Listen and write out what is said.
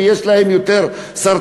ויש להם יותר סרטן?